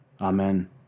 Amen